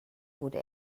wurde